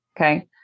Okay